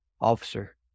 Officer